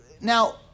now